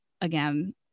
again